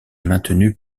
maintenue